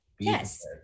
Yes